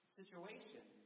situation